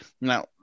Now